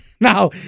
Now